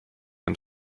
and